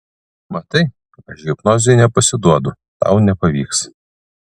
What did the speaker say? matai aš hipnozei nepasiduodu tau nepavyks